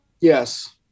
Yes